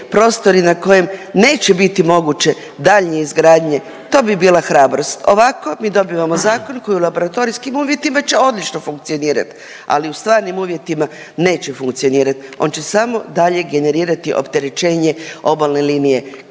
na kojem neće biti moguće daljnje izgradnje, to bi bila hrabrost. Ovako, mi dobivamo zakon koji u laboratorijskim uvjetima će odlično funkcionirati, ali u stvarnim uvjetima neće funkcionirati. On će samo dalje generirati opterećenje obalne linije